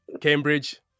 Cambridge